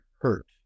hurt